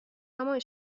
راهنمای